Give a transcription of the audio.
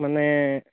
মানে